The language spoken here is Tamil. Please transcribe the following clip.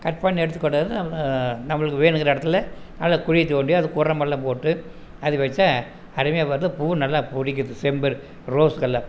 கட் பண்ணி எடுத்து கொண்டுவந்து நம்ம நம்மளுக்கு வேணுங்கிற இடத்துல நல்லா குழி தோண்டி அதுக்கு உரமெல்லாம் போட்டு அது வைச்சா அருமையாக வருது பூவும் நல்லா பிடிக்குது செம்பருத்தி ரோஸ்க்கெல்லாம்